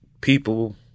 people